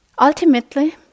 Ultimately